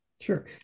Sure